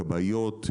כבאיות,